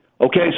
Okay